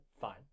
fine